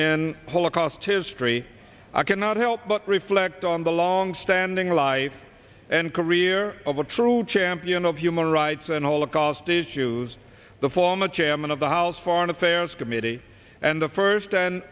in holocaust history i cannot help but reflect on the longstanding life and career of a true champion of human rights and holocaust issues the former chairman of the house foreign affairs committee and the first and